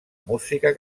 música